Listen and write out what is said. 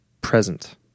present